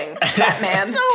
Batman